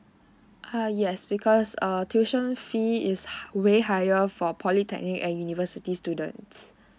uh yes because err tuition fee is ha way higher for polytechnic and university students